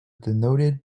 denoted